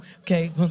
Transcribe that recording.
okay